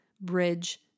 bridge